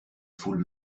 foule